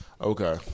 okay